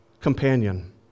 companion